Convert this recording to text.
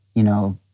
you know,